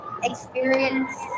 experience